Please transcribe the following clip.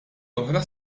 oħra